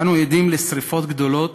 אנו עדים לשרפות גדולות